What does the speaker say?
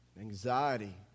anxiety